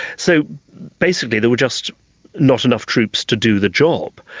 so basically there were just not enough troops to do the job.